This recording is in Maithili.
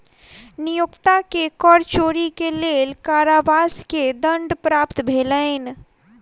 नियोक्ता के कर चोरी के लेल कारावास के दंड प्राप्त भेलैन